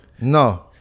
No